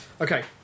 Okay